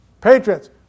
Patriots